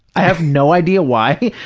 i have no idea why.